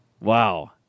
Wow